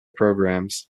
programs